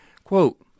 Quote